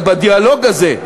בדיאלוג הזה,